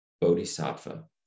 Bodhisattva